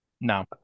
No